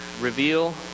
reveal